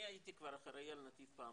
אני הייתי כבר אחראי על נתיב פעמיים,